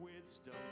wisdom